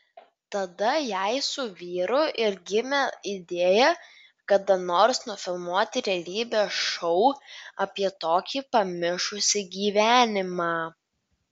tada jai su vyru ir gimė idėja kada nors nufilmuoti realybės šou apie tokį pamišusį gyvenimą